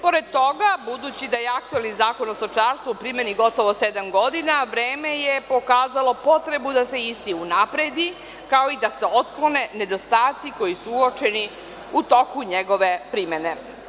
Pored toga, budući da je aktuelni Zakon o stočarstvu u primeni gotovo sedam godina, vreme je pokazalo potrebu da se isti unapredi, kao i da se otklone nedostaci koji su uočeni u toku njegove primene.